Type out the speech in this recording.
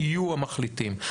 יהיו המחליטים.